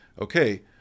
okay